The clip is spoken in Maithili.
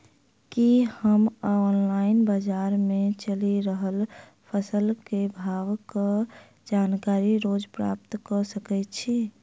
की हम ऑनलाइन, बजार मे चलि रहल फसलक भाव केँ जानकारी रोज प्राप्त कऽ सकैत छी?